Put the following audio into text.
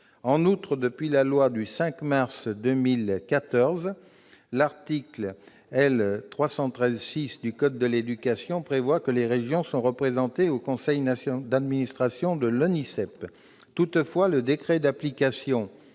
Depuis la loi du 5 mars 2014, l'article L. 313-6 du code de l'éducation prévoit que les régions sont représentées au conseil d'administration de l'ONISEP. Toutefois, le décret d'application